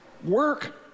Work